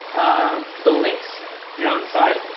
um the links here on the side.